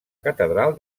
catedral